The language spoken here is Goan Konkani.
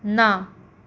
ना